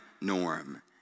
norm